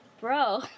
Bro